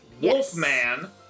Wolfman